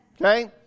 Okay